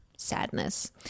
sadness